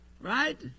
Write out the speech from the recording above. right